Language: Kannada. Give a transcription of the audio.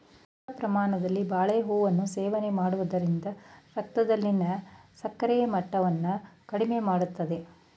ಮಿತ ಪ್ರಮಾಣದಲ್ಲಿ ಬಾಳೆಹೂವನ್ನು ಸೇವನೆ ಮಾಡೋದ್ರಿಂದ ರಕ್ತದಲ್ಲಿನ ಸಕ್ಕರೆ ಮಟ್ಟವನ್ನ ಕಡಿಮೆ ಮಾಡ್ತದೆ